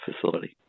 facility